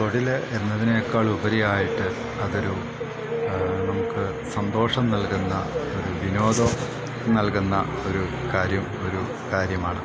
തൊഴില് എന്നതിനേക്കാളുപരിയായിട്ട് അതൊരു നമുക്ക് സന്തോഷം നൽകുന്ന ഒരു വിനോദം നൽകുന്ന ഒരു കാര്യമാണ്